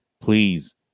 please